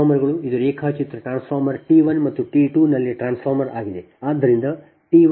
ಟ್ರಾನ್ಸ್ಫಾರ್ಮರ್ಗಳು ಇದು ರೇಖಾಚಿತ್ರ ಟ್ರಾನ್ಸ್ಫಾರ್ಮರ್ T1 ಮತ್ತು T2 ನಲ್ಲಿ ಟ್ರಾನ್ಸ್ಫಾರ್ಮರ್ ಆಗಿದೆ